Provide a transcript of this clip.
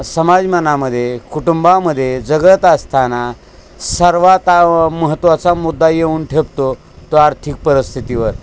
समाजमानामध्ये कुटुंबामध्ये जगत असताना सर्वात महत्त्वाचा मुद्दा येऊन ठेपतो तो आर्थिक परस्थितीवर